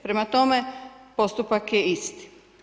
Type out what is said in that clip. Prema tome, postupak je isti.